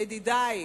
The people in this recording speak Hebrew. ידידי,